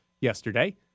yesterday